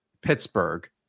Pittsburgh